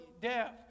deaf